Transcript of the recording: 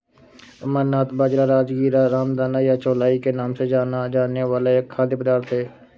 अमरनाथ बाजरा, राजगीरा, रामदाना या चौलाई के नाम से जाना जाने वाला एक खाद्य पदार्थ है